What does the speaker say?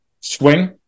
swing